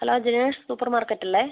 hello Janesh super മാർക്കറ്റല്ലേ